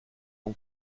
ton